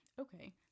okay